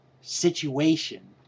situation